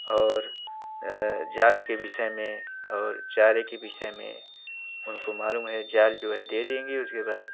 और जाल के विषय में और चारे के विषय में उनको मालूम है जाल जो है दे देंगी उसके बाद